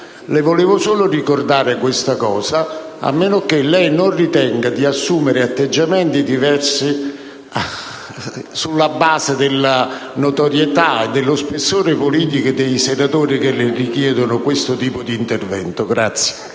Desidero solo ricordarle questo fatto, a meno che non ritenga di assumere atteggiamenti diversi sulla base della notorietà e dello spessore politico dei senatori che chiedono di effettuare questo tipo di intervento.